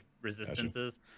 resistances